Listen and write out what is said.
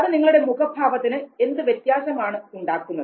അത് നിങ്ങളുടെ മുഖ ഭാവത്തിന് എന്ത് വ്യത്യാസമാണ് ഉണ്ടാക്കുന്നത്